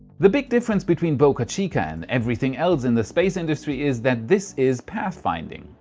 the big difference between boca chica and everything else in the space industry is that this is pathfinding.